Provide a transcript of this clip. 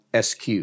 SQ